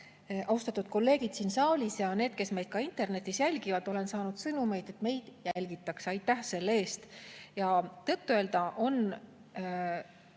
Austatud kolleegid siin saalis ja need, kes meid ka internetis jälgivad! Olen saanud sõnumeid, et meid jälgitakse. Aitäh selle eest! Tõtt-öelda on